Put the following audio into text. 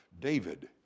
David